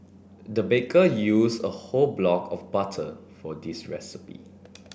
the baker used a whole block of butter for this recipe